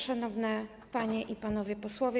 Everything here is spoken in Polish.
Szanowne Panie i Panowie Posłowie!